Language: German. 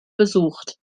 besucht